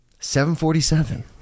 747